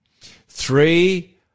three